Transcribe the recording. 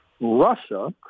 Russia—